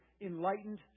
Enlightened